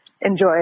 enjoy